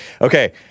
Okay